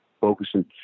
focusing